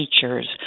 teachers